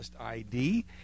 ID